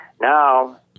Now